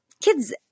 kids